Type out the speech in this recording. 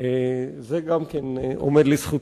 וזה גם עומד לזכותו.